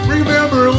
Remember